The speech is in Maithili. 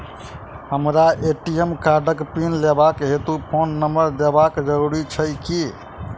हमरा ए.टी.एम कार्डक पिन लेबाक हेतु फोन नम्बर देबाक जरूरी छै की?